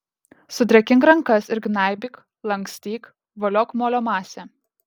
sudrėkink rankas ir gnaibyk lankstyk voliok molio masę